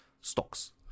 stocks